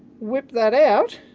whip that out?